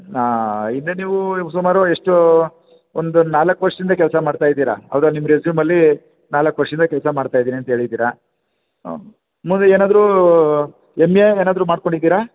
ಹಾಂ ಇದು ನೀವು ಸುಮಾರು ಎಷ್ಟು ಒಂದು ನಾಲ್ಕು ವರ್ಷದಿಂದ ಕೆಲಸ ಮಾಡ್ತಾ ಇದ್ದೀರ ಹೌದಾ ನಿಮ್ಮ ರೆಸ್ಯೂಮಲ್ಲಿ ನಾಲ್ಕು ವರ್ಷದಿಂದ ಕೆಲಸ ಮಾಡ್ತಾ ಇದ್ದೀನಿ ಅಂತ ಹೇಳಿದ್ದೀರ ಹ್ಞೂ ಮುಂದೆ ಏನಾದ್ರೂ ಎಮ್ ಎ ಏನಾದರು ಮಾಡಿಕೊಂಡಿದೀರ